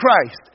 Christ